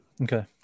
Okay